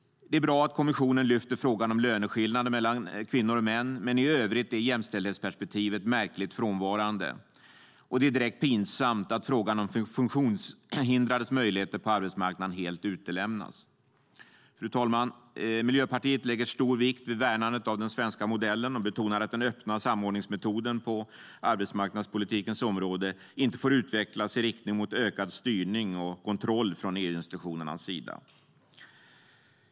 Det är bra att kommissionen lyfter upp frågan om löneskillnader mellan kvinnor och män, men i övrigt är jämställdhetsperspektivet märkligt frånvarande. Och det är direkt pinsamt att frågan om funktionshindrades möjligheter på arbetsmarknaden helt utelämnats. Fru talman! Miljöpartiet lägger stor vikt vid värnandet av den svenska modellen och betonar att den öppna samordningsmetoden på arbetsmarknadspolitikens område inte får utvecklas i riktning mot ökad styrning och kontroll från EU-institutionernas sida.